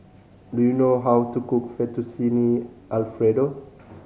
do you know how to cook Fettuccine Alfredo